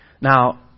Now